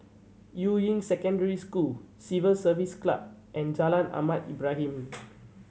Yuying Secondary School Civil Service Club and Jalan Ahmad Ibrahim